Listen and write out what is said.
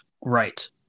right